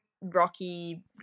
rocky